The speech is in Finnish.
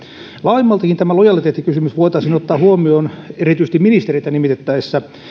laajemmaltikin tämä lojaliteettikysymys voitaisiin ottaa huomioon erityisesti ministereitä nimitettäessä